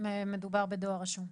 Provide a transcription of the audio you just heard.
מדובר בדואר רשום.